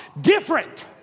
different